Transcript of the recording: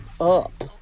up